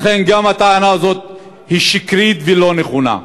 לכן גם הטענה הזאת היא שקרית ולא נכונה.